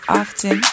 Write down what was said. often